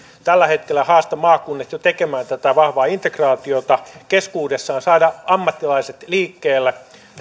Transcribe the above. tällä hetkellä haastan maakunnat jo tekemään tätä vahvaa integraatiota keskuudessaan saamaan ammattilaiset liikkeelle